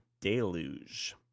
deluge